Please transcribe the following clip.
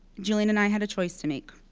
julian and i had a choice to make.